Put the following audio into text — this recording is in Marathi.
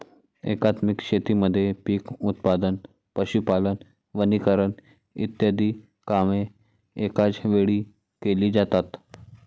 एकात्मिक शेतीमध्ये पीक उत्पादन, पशुपालन, वनीकरण इ कामे एकाच वेळी केली जातात